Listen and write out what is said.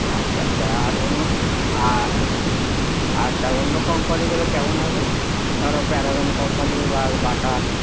আচ্ছা আচ্ছা আর অন্য আর আচ্ছা অন্য কোম্পানিগুলো কেমন হবে ধর প্যারাগন কোম্পানি বা বাটা